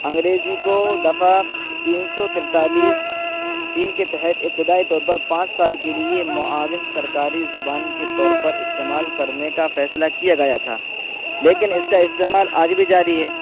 انگریزی کو دفعہ تین سو تیتالیس تین کے تحت ابتدائی طور پر پانچ سال کے لیے معاون سرکاری زبان کے طور پر استعمال کرنے کا فیصلہ کیا گیا تھا لیکن اس کا استعمال آج بھی جاری ہے